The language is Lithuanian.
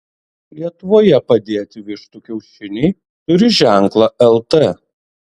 lietuvoje padėti vištų kiaušiniai turi ženklą lt